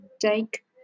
take